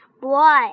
Boy